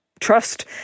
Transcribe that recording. Trust